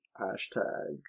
Hashtag